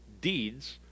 deeds